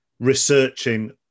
researching